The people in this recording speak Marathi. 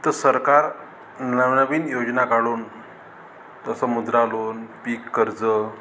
तर सरकार नवनवीन योजना काढून जसं मुद्रा लोन पीक कर्ज